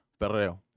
perreo